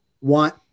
want